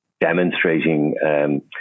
demonstrating